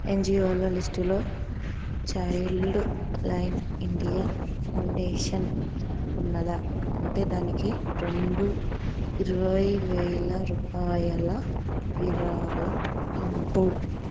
ఎన్జీఓల లిస్టులో child line India foundation ఉన్నదా ఉంటే దానికి రెండు ఇరవై వేల రూపాయల విరాళం పంపు